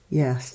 yes